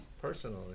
personally